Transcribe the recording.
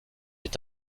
est